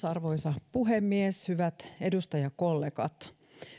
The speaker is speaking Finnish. arvoisa puhemies hyvät edustajakollegat